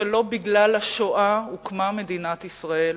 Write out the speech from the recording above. שלא בגלל השואה הוקמה מדינת ישראל.